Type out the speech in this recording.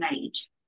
age